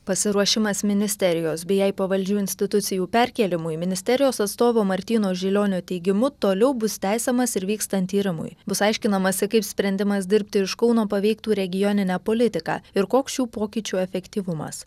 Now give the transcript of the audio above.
pasiruošimas ministerijos bei jai pavaldžių institucijų perkėlimu į ministerijos atstovo martyno žilionio teigimu toliau bus tęsiamas ir vykstan tyrimui bus aiškinamasi kaip sprendimas dirbti iš kauno paveiktų regioninę politiką ir koks šių pokyčių efektyvumas